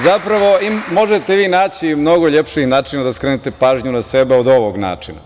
Zapravo, možete vi naći mnogo lepši način da skrenete pažnju na sebe od ovog načina.